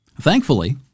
Thankfully